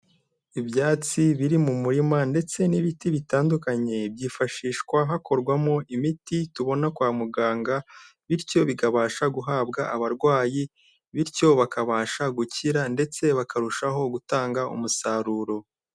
Ibyatsi biri mu murima ndetse n'ibiti bitandukanye, byifashishwa hakorwamo imiti tubona kwa muganga, bityo bikabasha guhabwa abarwayi, bityo bakabasha gukira ndetse bakarushaho gutanga umusaruro.